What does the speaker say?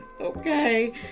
Okay